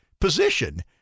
position